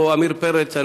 או עמיר פרץ,